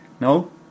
No